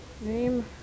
Name